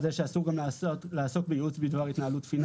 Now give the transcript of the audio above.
כך שאסור גם לעסוק בייעוץ בדבר התנהלות פיננסית.